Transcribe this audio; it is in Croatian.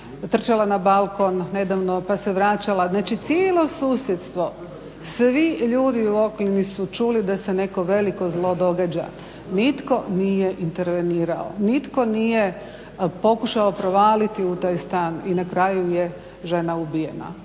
trčala na balkon, nedavno, pa se vračala. Znači, cijelo susjedstvo, svi ljudi u okolini su čuli da se neko veliko zlo događa. Nitko nije intervenirao. Nitko nije pokušao provaliti u taj stan i na kraju je žena ubijena.